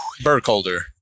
Burkholder